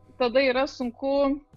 tada yra sunku